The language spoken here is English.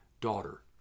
Daughter